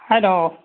hello